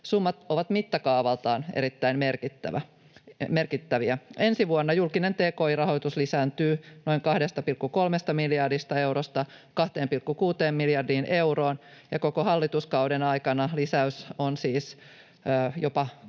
Summat ovat mittakaavaltaan erittäin merkittäviä. Ensi vuonna julkinen tki-rahoitus lisääntyy noin 2,3 miljardista eurosta 2,6 miljardiin euroon ja koko hallituskauden aikana lisääntyy siis jopa